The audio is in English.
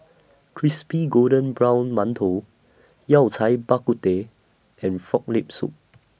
Crispy Golden Brown mantou Yao Cai Bak Kut Teh and Frog Leg Soup